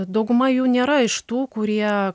dauguma jų nėra iš tų kurie